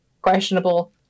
questionable